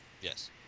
yes